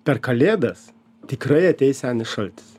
per kalėdas tikrai ateis senis šaltis